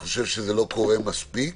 זה לא קורה מספיק.